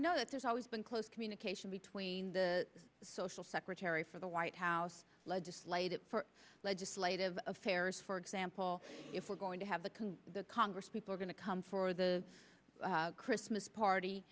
know that there's always been close communication between the social secretary for the white house legislative legislative affairs for example if we're going to have the can the congress people are going to come for the christmas party